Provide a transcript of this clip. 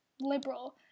liberal